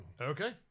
okay